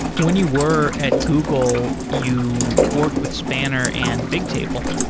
when you were at google, you worked with spanner and bigtable.